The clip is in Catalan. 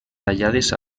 tallades